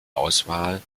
auswahl